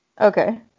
Okay